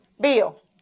Bill